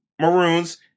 Maroons